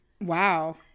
wow